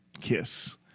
KISS